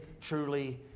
truly